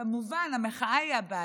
כמובן, המחאה היא הבעיה.